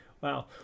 Wow